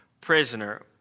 prisoner